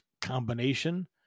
combination